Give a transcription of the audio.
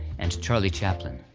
and charlie chaplin.